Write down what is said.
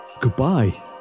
Goodbye